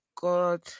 God